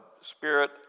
spirit